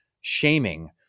shaming